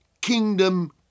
kingdom